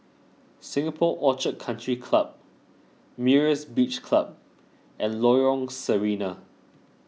Singapore Orchid Country Club Myra's Beach Club and Lorong Sarina